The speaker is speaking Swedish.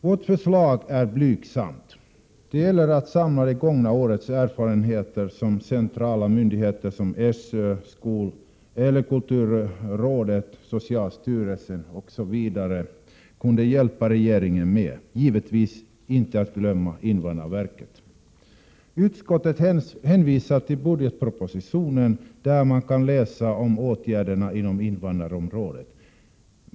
Vårt förslag är blygsamt: Man skall samla det gångna årets erfarenheter från centrala myndigheter som SÖ, kulturrådet och socialstyrelsen för att hjälpa regeringen — givetvis inte att glömma invandrarverket. Utskottet hänvisar till budgetpropositionen, där man kan läsa om åtgärderna på invandrarområdet.